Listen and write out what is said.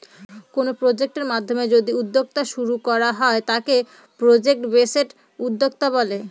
কোনো প্রজেক্টের মাধ্যমে যদি উদ্যোক্তা শুরু করা হয় তাকে প্রজেক্ট বেসড উদ্যোক্তা বলে